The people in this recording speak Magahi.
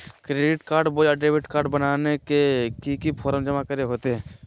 क्रेडिट कार्ड बोया डेबिट कॉर्ड बनाने ले की की फॉर्म जमा करे होते?